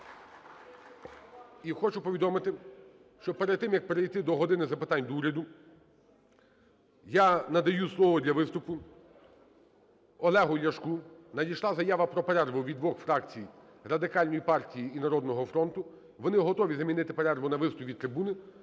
І хочу повідомити, що перед тим, як перейти до "години запитань до Уряду", я надаю слово для виступу Олегу Ляшку. Надійшла заява про перерву від двох фракцій – Радикальної партії і "Народного фронту". Вони готові замінити перерву на виступ від трибуни.